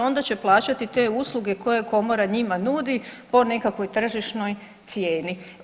onda će plaćati te usluge koje Komora njima nudi po nekakvoj tržišnoj cijeni.